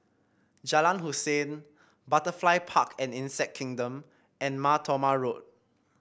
Jalan Hussein Butterfly Park and Insect Kingdom and Mar Thoma Road